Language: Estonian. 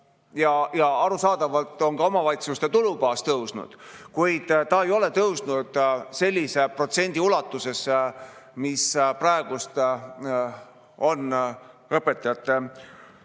Arusaadavalt on ka omavalitsuste tulubaas tõusnud, kuid see ei ole tõusnud sellise protsendi ulatuses, nagu praegu on õpetajate